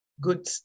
good